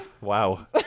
wow